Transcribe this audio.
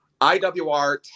IWR